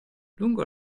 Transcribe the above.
lungo